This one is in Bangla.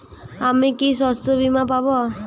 আমি কি শষ্যবীমা পাব?